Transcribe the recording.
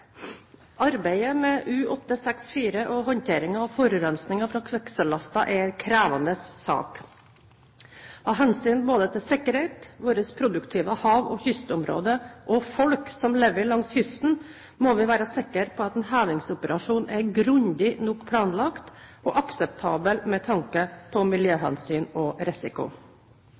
Arbeidet med U-864 og håndteringen av forurensingen fra kvikksølvlasten er en krevende sak. Av hensyn til både sikkerhet, vårt produktive hav- og kystområde og folk som lever langs kysten, må vi være sikre på at en hevingsoperasjon er grundig nok planlagt og akseptabel med tanke på miljøhensyn og risiko.